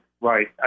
Right